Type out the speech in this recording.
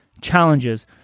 challenges